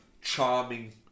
charming